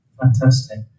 Fantastic